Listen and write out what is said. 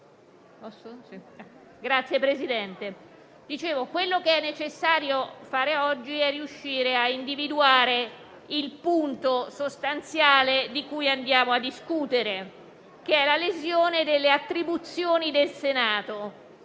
del Presidente)*. Come dicevo, quello che è necessario fare oggi è riuscire a individuare il punto sostanziale di cui andiamo a discutere, che è la lesione delle attribuzioni del Senato.